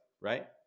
right